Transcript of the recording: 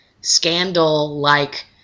scandal-like